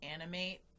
animate